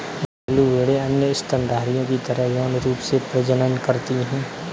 घरेलू भेड़ें अन्य स्तनधारियों की तरह यौन रूप से प्रजनन करती हैं